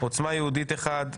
עוצמה יהודית אחד.